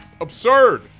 Absurd